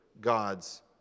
God's